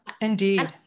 indeed